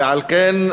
ועל כן,